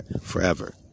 forever